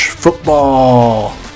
Football